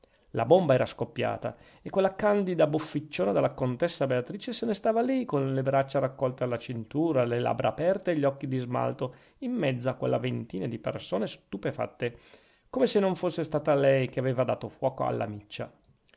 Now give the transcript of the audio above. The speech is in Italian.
la bomba era scoppiata e quella candida bofficiona della contessa beatrice se ne stava lì con le braccia raccolte alla cintura le labbra aperte e gli occhi di smalto in mezzo a quella ventina di persone stupefatte come se non fosse stata lei che aveva dato fuoco alla miccia